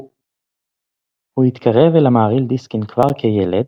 הוא התקרב אל המהרי"ל דיסקין כבר כילד,